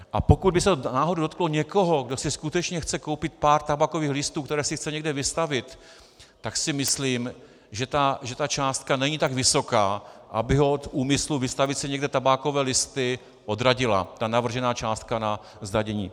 A pokud by se to náhodou dotklo někoho, kdo si skutečně chce koupit pár tabákových listů, které si chce někde vystavit, tak si myslím, že ta částka není tak vysoká, aby ho od úmyslu vystavit si někde tabákové listy, odradila, ta navržená částka na zdanění.